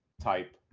type